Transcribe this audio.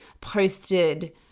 posted